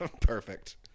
perfect